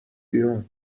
بیرون